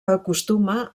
acostuma